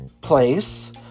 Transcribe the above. place